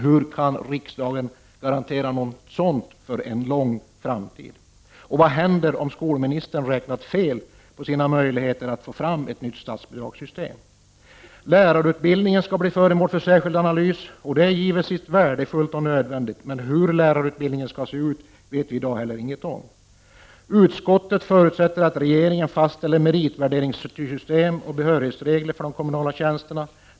Hur kan riksdagen garantera något sådant för en lång tid framöver? Och vad händer om skolministern har räknat fel i fråga om sina möjligheter att få fram ett nytt statsbidragssystem? Lärarutbildningen skall bli föremål för en särskild analys. Och det är givetvis värdefullt och nödvändigt. Men hur lärarutbildningen skall se ut vet vi i dag inget om. Utskottet förutsätter att regeringen fastställer ett meritvärderingssystem och behörighetsregler för de kommunala tjänsterna.